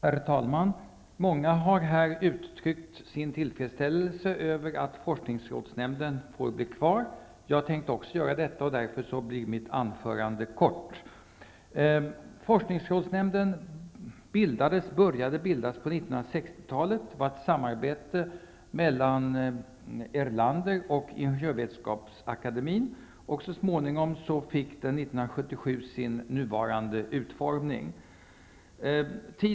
Herr talman! Många har här uttryckt sin tillfredsställelse med att forskningsrådsnämnden får bli kvar. Också jag tänkte göra detta, och därför blir nu mitt anförande kort. Det var ett samarbete mellan Erlander och Ingenjörsvetenskapsakademien. Så småningom fick den, år 1977, sin nuvarande utformning.